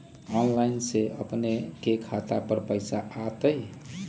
Online से अपने के खाता पर पैसा आ तई?